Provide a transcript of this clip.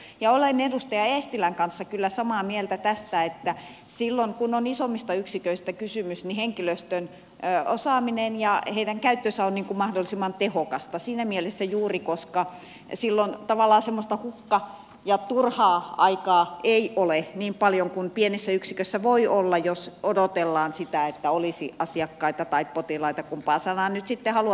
ja olen edustaja eestilän kanssa kyllä samaa mieltä tästä että silloin kun on isommista yksiköistä kysymys niin henkilöstön osaaminen ja heidän käyttönsä on mahdollisimman tehokasta siinä mielessä juuri että silloin tavallaan semmoista hukka ja turhaa aikaa ei ole niin paljon kuin pienessä yksikössä voi olla jos odotellaan sitä että olisi asiakkaita tai potilaita kumpaa sanaa nyt sitten haluammekaan käyttää